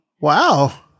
Wow